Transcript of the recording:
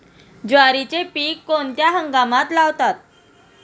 ज्वारीचे पीक कोणत्या हंगामात लावतात?